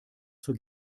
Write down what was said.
zur